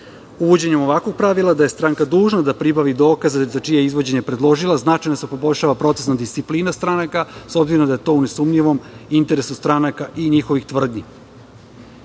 ovakvog pravila, da je stranka dužna da pribavi dokaze za čije je izvođenje predložila, značajno se poboljšava procesna disciplina stranaka, s obzirom da je to u nesumnjivom interesu stranaka i njihovih tvrdnji. Kao